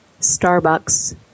Starbucks